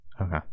Okay